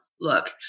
look